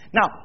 Now